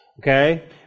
Okay